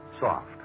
soft